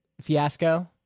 fiasco